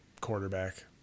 quarterback